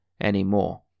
anymore